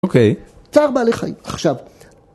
אוקיי. צער בעלי חיים, עכשיו.